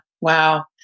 Wow